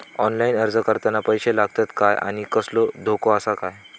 Online अर्ज करताना पैशे लागतत काय आनी कसलो धोको आसा काय?